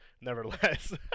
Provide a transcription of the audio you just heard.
Nevertheless